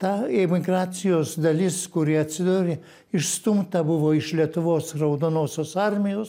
ta imigracijos dalis kurie atsidūrė išstumta buvo iš lietuvos raudonosios armijos